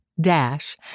dash